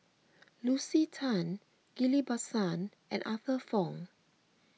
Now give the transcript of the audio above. Lucy Tan Ghillie Basan and Arthur Fong